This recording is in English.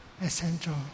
essential